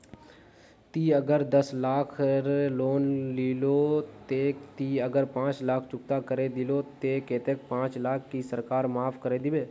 ती अगर दस लाख खेर लोन लिलो ते ती अगर पाँच लाख चुकता करे दिलो ते कतेक पाँच लाख की सरकार माप करे दिबे?